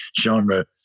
genre